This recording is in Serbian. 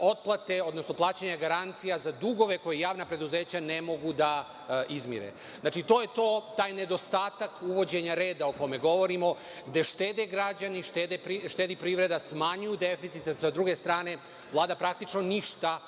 otplate, odnosno plaćanja garancija za dugove koje javna preduzeća ne mogu da izmire. Znači, to je to, taj nedostatak uvođenja reda o kome govorimo gde štede građani, štedi privreda, smanjuju deficite s druge strane, Vlada praktično ništa